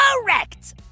correct